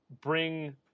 bring